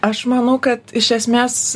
aš manau kad iš esmės